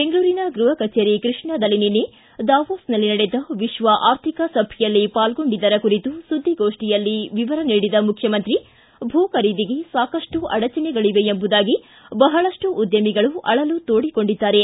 ಬೆಂಗಳೂರಿನ ಗೃಹ ಕಚೇರಿ ಕೃಷ್ಣಾದಲ್ಲಿ ನಿನ್ನೆ ದಾವೋಸ್ನಲ್ಲಿ ನಡೆದ ವಿಶ್ವ ಆರ್ಥಿಕ ಸಭೆಯಲ್ಲಿ ಪಾಲ್ಗೊಂಡಿದ್ದರ ಕುರಿತು ಸುದ್ದಿಗೋಷ್ಠಿಯಲ್ಲಿ ವಿವರ ನೀಡಿದ ಮುಖ್ಯಮಂತ್ರಿ ಭೂ ಖರೀದಿಗೆ ಸಾಕಷ್ಟು ಅಡಚಣೆಗಳಿವೆ ಎಂಬುದಾಗಿ ಬಹಳಷ್ಟು ಉದ್ದಮಿಗಳು ಆಳಲು ತೋಡಿಕೊಂಡಿದ್ದಾರೆ